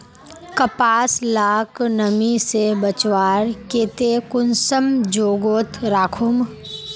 कपास लाक नमी से बचवार केते कुंसम जोगोत राखुम?